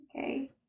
Okay